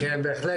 כן, בהחלט.